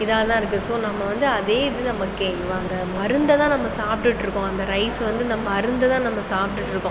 இதனால் தான் எனக்கு சோ நம்ம வந்து அதே இதில் நம்மகே அந்த மருந்த தான் நம்ம சாப்பிடுட்டு இருக்கோம் அந்த ரைஸை வந்து நம்ம மருந்தை தான் நம்ம சாப்பிடுட்டு இருக்கோம்